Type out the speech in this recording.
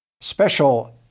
special